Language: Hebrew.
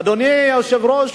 אדוני היושב-ראש,